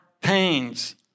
pains